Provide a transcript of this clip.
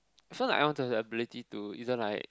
so like I want to have the ability to either like